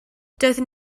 doeddwn